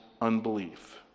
unbelief